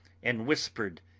and whispered,